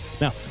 Now